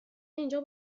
اینجا